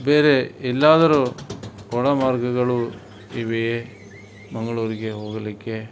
ಬೇರೆ ಎಲ್ಲಾದರೂ ಒಳ ಮಾರ್ಗಗಳು ಇವೆಯೇ ಮಂಗಳೂರಿಗೆ ಹೋಗಲಿಕ್ಕೆ